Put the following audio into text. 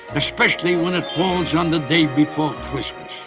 especially when it falls on the day before christmas.